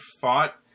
fought